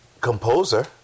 composer